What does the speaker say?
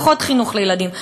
פחות חינוך לילדים,